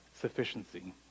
sufficiency